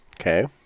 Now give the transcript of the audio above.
okay